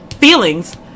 feelings